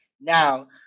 Now